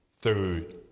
third